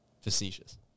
facetious